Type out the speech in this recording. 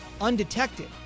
undetected